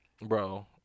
Bro